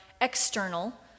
external